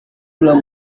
belum